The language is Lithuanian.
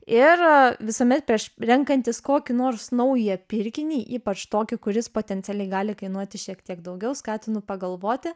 ir visuomet prieš renkantis kokį nors naują pirkinį ypač tokį kuris potencialiai gali kainuoti šiek tiek daugiau skatinu pagalvoti